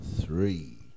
three